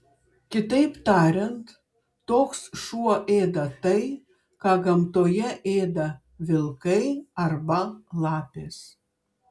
kitaip tariant toks šuo ėda tai ką gamtoje ėda vilkai arba lapės